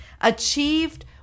achieved